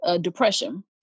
depression